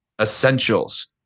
essentials